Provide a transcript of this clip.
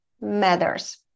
matters